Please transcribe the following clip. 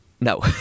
No